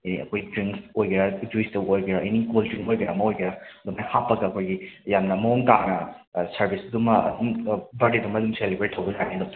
ꯑꯦ ꯑꯩꯈꯣꯏ ꯗ꯭ꯔꯤꯡꯁ ꯑꯣꯏꯒꯦꯔꯥ ꯖ꯭ꯋꯤꯁꯇ ꯑꯣꯏꯒꯦꯔꯥ ꯑꯦꯅꯤ ꯀꯣꯜ ꯗ꯭ꯔꯤꯡꯛ ꯑꯣꯏꯒꯦꯔꯥ ꯑꯃ ꯑꯣꯏꯒꯦꯔꯥ ꯑꯗꯨꯃꯥꯏ ꯍꯥꯞꯄꯒ ꯑꯩꯈꯣꯏꯒꯤ ꯌꯥꯝꯅ ꯃꯑꯣꯡ ꯇꯥꯅ ꯁꯔꯕꯤꯁꯇꯨꯃ ꯑꯗꯨꯝ ꯕꯥꯔꯗꯦꯗꯨꯃ ꯑꯗꯨꯝ ꯁꯦꯂꯦꯕ꯭ꯔꯦꯠ ꯌꯥꯅꯤꯅ ꯂꯧꯖꯩ